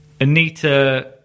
Anita